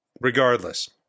regardless